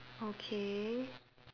okay